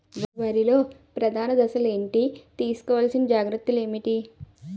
వరిలో ప్రధాన దశలు ఏంటి? తీసుకోవాల్సిన జాగ్రత్తలు ఏంటి?